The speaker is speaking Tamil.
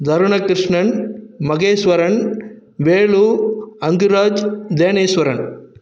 தருனகிருஷ்ணன் மகேஷ்வரன் வேல் அங்குராஜ் தனீஸ்வரன்